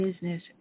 business